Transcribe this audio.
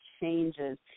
changes